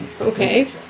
Okay